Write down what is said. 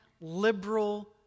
liberal